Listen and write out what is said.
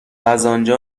ازآنجا